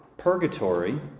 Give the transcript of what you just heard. Purgatory